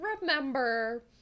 remember